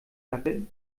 dackel